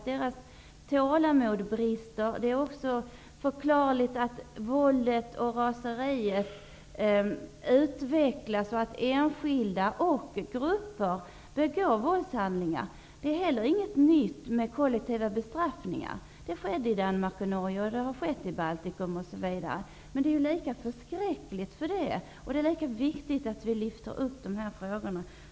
Det är också förklarligt att våldet och raseriet utvecklas och att enskilda och grupper begår våldshandlingar. Kollektiva bestraffningar är inte heller någonting nytt; det skedde i Danmark och Norge, det har skett i Baltikum, osv. Men det är lika förskräckligt för det, och det är lika viktigt att vi lyfter fram de här frågorna.